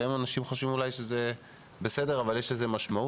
לפעמים אנשים אולי חושבים שזה בסדר אבל יש לזה משמעות,